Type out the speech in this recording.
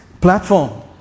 platform